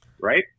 right